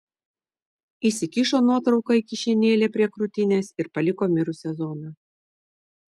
įsikišo nuotrauką į kišenėlę prie krūtinės ir paliko mirusią zoną